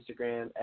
Instagram